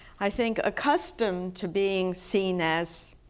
i think, accustomed to being seen as